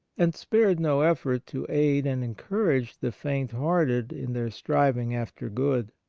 and spared no effort to aid and encourage the faint-hearted in their striving after good.